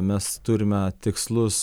mes turime tikslus